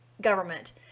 government